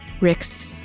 Rick's